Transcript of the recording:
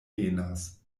venas